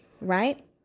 right